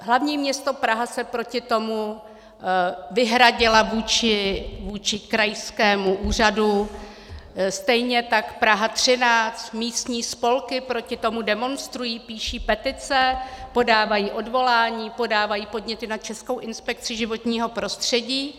Hlavní město Praha se proti tomu vyhradilo vůči krajskému úřadu, stejně tak Praha 13, místní spolky proti tomu demonstrují, píší petice, podávají odvolání, podávají podněty na Českou inspekci životního prostředí.